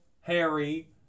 Harry